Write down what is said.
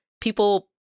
People